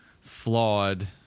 flawed